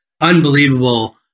unbelievable